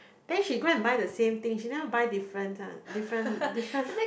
then she go and buy the same thing she never buy different ah different different